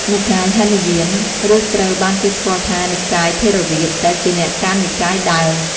និកាយហីនយាន ឬត្រូវបានគេស្គាល់ថា និកាយថេរវាទ (ដែលជាអ្នកកាន់និកាយដើម)។